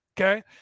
Okay